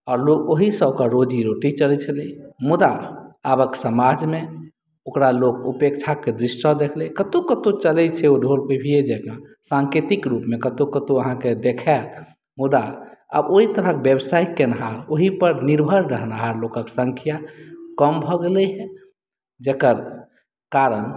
आओर लोक ओहीसँ ओकर रोजी रोटी चलैत छलै मुदा आबक समाजमे ओकरा लोक उपेक्षाक दृष्टिसँ देखलथि कतहु कतहु चलैत छै ओ ढोल पिपहिये जकाँ साँकेतिक रूपमे कतहु कतहु ओ अहाँकेँ देखायत मुदा आब ओहि तरहक व्यवसाय केनिहार ओहिपर निर्भर रहनिहार लोकक सँख्या कम भऽ गेलैए जकर कारण